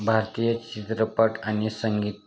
भारतीय चित्रपट आणि संगीत